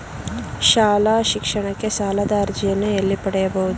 ಶಾಲಾ ಶಿಕ್ಷಣಕ್ಕೆ ಸಾಲದ ಅರ್ಜಿಯನ್ನು ಎಲ್ಲಿ ಪಡೆಯಬಹುದು?